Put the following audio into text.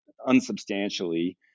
unsubstantially